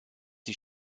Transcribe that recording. die